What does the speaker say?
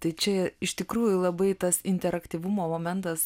tai čia iš tikrųjų labai tas interaktyvumo momentas